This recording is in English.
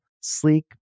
sleek